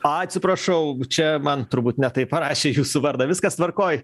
atsiprašau čia man turbūt ne taip parašė jūsų vardą viskas tvarkoj